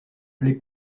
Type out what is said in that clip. les